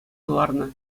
кӑларнӑ